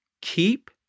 keep